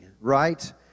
right